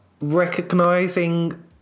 recognizing